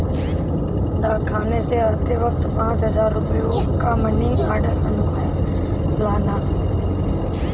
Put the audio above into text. डाकखाने से आते वक्त पाँच हजार रुपयों का मनी आर्डर बनवा लाना